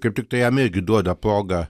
kaip tiktai jam irgi duoda progą